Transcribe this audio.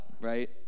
right